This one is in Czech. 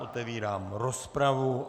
Otevírám rozpravu.